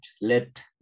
let